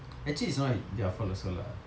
actually it's not their fault also lah